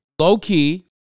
low-key